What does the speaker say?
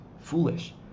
foolish